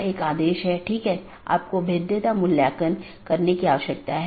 एक stub AS दूसरे AS के लिए एक एकल कनेक्शन है